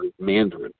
Mandarin